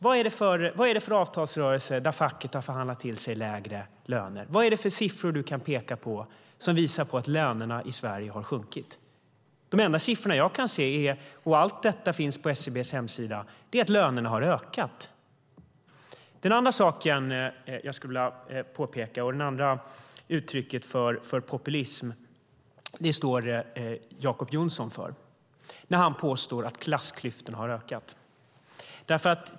Vad är det för avtalsrörelse där facket har förhandlat till sig lägre löner? Vad är det för siffror du kan peka på som visar att lönerna i Sverige har sjunkit? De enda siffror jag kan se, och allt detta finns på SCB:s hemsida, visar att lönerna har ökat. Den andra saken jag skulle vilja påpeka och det andra uttrycket för populism står Jacob Johnson för när han påstår att klassklyftorna har ökat.